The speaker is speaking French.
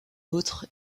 autre